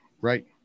Right